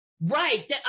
Right